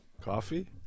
Coffee